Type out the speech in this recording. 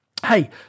hey